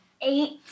Eight